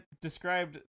described